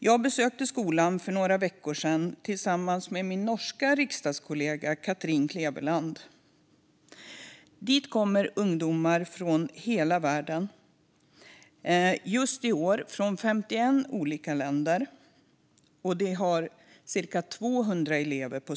Jag besökte skolan för några veckor sedan tillsammans med min norska riksdagskollega Kathrine Kleveland. Dit kommer ungdomar från hela världen. Just i år är de från 51 länder. Skolan har cirka 200 elever.